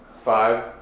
Five